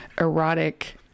erotic